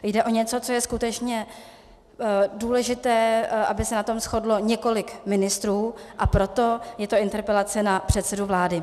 Jde o něco, co je skutečně důležité, aby se na tom shodlo několik ministrů, a proto je to interpelace na předsedu vlády.